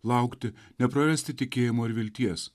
laukti neprarasti tikėjimo ir vilties